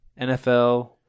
NFL